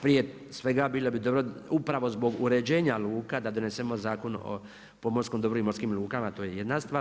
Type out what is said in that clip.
Prije svega, bilo bi dobro upravo zbog uređenja luka da donesemo Zakon o pomorskom dobru i morskim lukama to je jedna stvar.